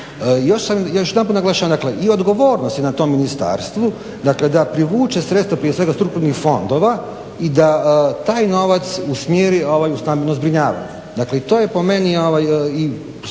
Još jedanput naglašavam, dakle i odgovornost je na tom ministarstvu da privuče sredstva prije svega strukturnih fondova i da taj novac usmjeri u stambeno zbrinjavanje. Dakle i to je po meni i cilj ovog